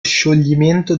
scioglimento